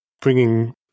bringing